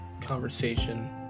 conversation